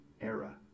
era